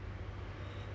I mean